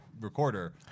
recorder